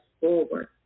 forward